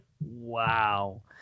Wow